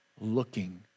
looking